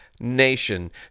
Nation